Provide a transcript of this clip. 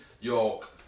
York